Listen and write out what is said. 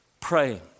Pray